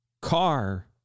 car